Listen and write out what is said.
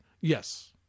Yes